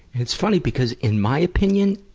it's funny because in my opinion,